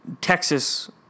Texas